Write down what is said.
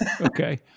Okay